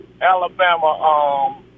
Alabama